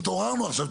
התעוררנו עכשיו,